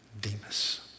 Demas